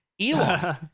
Elon